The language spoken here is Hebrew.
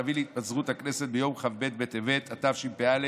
תביא להתפזרות הכנסת ביום כ"ב בטבת התשפ"א,